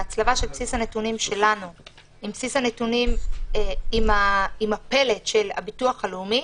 בהצלבה של בסיס הנתונים שלנו עם הפלט של הביטוח הלאומי,